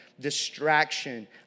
distraction